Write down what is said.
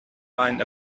find